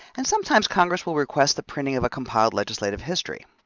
and sometimes congress will request the printing of a compiled legislative history.